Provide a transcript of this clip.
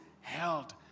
held